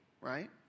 right